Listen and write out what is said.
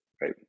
right